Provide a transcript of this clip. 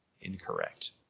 incorrect